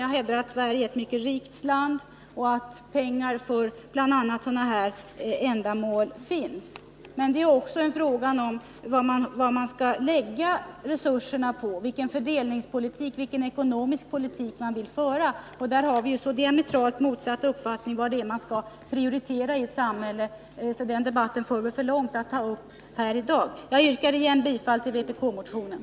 Jag hävdar att Sverige är ett mycket rikt land och att det finns pengar för bl.a. sådana här ändamål. Men det är också en fråga om vilken fördelningspolitik och vilken ekonomisk politik man vill föra. Vi har så diametralt motsatta uppfattningar om vad man skall prioritera i ett samhälle att det skulle föra för långt att ta upp den debatten här i dag.